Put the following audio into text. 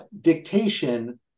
dictation